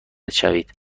شوید